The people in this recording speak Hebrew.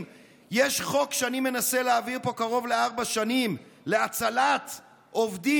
יש חוק שאני מנסה להעביר פה קרוב לארבע שנים להצלת עובדים,